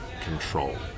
control